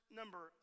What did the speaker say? number